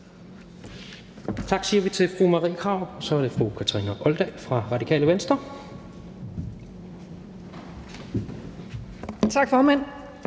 Tak siger vi til fru Marie Krarup. Så er det fru Kathrine Olldag fra Radikale Venstre. Kl.